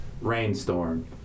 rainstorm